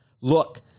look